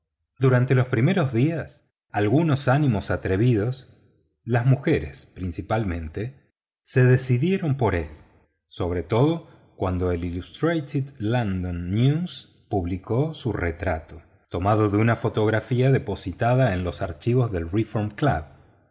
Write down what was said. durante los primeros días algunos ánimos atrevidos las mujeres principalmente se decidieron por él sobre todo cuando el llustrated london news publicó su retrato tomado de una fotografía depositada en los archivos del reform club